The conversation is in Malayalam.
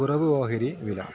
കുറവ് ഓഹരി വില